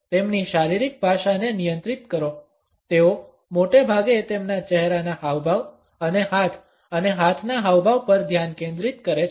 તેમની શારીરિક ભાષાને નિયંત્રિત કરો તેઓ મોટે ભાગે તેમના ચહેરાના હાવભાવ અને હાથ અને હાથના હાવભાવ પર ધ્યાન કેન્દ્રિત કરે છે